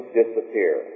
disappear